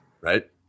Right